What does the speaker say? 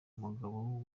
umugabo